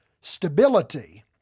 stability